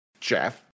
Jeff